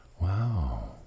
Wow